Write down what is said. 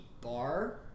bar